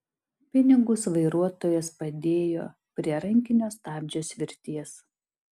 pinigus vairuotojas padėjo prie rankinio stabdžio svirties